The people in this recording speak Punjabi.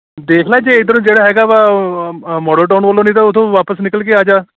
ਦੇਖ ਲਾ ਜੇ ਇੱਧਰ ਜਿਹੜਾ ਹੈਗਾ ਵਾ ਮੋਡਲ ਟਾਊਨ ਵੱਲੋ ਨਹੀਂ ਤਾਂ ਉੱਥੋ ਵਾਪਸ ਨਿਕਲ ਕੇ ਆ ਜਾ